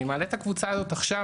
אני מעלה את הקבוצה הזאת עכשיו,